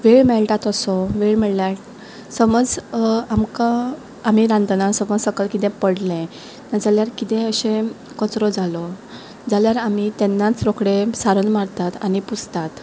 वेळ मेळटा तसो वेळ म्हणल्यार समज आमकां आमी रांदतना समज सकयल किदें पडलें जाल्यार किदेंय अशें कचरो जालो जाल्यार आमी तेन्नाच रोखडें सारण मारतात आनी पुसतात